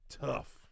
Tough